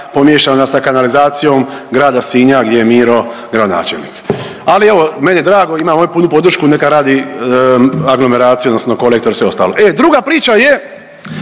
pomiješana sa kanalizacijom grada Sinja gdje je Miro gradonačelnik. Ali evo meni je drago, ima moju punu podršku neka radi aglomeraciju odnosno kolektor i sve ostalo. E druga priča je,